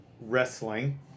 wrestling